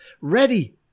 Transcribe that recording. ready